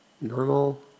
normal